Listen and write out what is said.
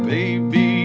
Baby